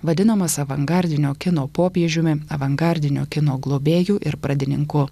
vadinamas avangardinio kino popiežiumi avangardinio kino globėju ir pradininku